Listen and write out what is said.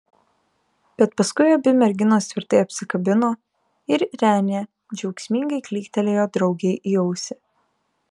bet paskui abi merginos tvirtai apsikabino ir renė džiaugsmingai klyktelėjo draugei į ausį